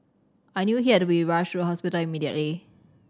I knew he had to be rushed to the hospital immediately